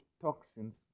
toxins